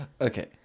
okay